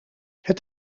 het